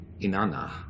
Inanna